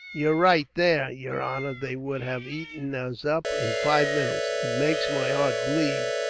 you're right there, yer honor. they would have aten us up in five minutes. it makes my heart bleed,